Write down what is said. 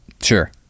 sure